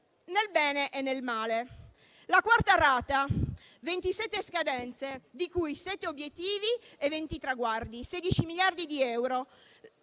nel bene e nel male. Venendo alla quarta rata, 27 scadenze, di cui 7 obiettivi e 20 traguardi: 16 miliardi di euro.